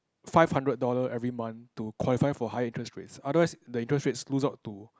five hundred dollar every month to qualify for higher interest rates otherwise the interest rates lose out to